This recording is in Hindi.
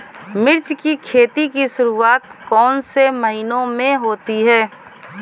मिर्च की खेती की शुरूआत कौन से महीने में होती है?